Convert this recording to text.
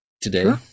today